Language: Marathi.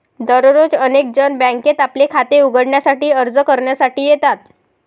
दररोज अनेक जण बँकेत आपले खाते उघडण्यासाठी अर्ज करण्यासाठी येतात